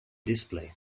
display